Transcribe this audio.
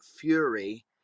fury